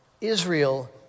Israel